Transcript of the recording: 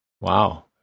Wow